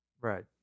Right